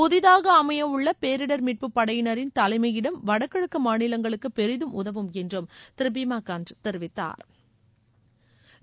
புதிதாக அமையவுள்ள பேரிடர் மீட்பு படையினின் தலைமையிடம் வடகிழக்கு மாநிலங்களுக்கு பெரிதும் உதவும் என்று திரு பீமா காண்ட் தெரிவித்தாா்